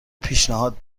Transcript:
پیشنهاد